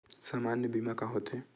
सामान्य बीमा का होथे?